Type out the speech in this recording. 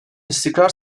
istikrar